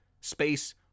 Space